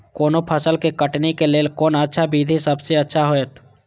कोनो फसल के कटनी के लेल कोन अच्छा विधि सबसँ अच्छा होयत?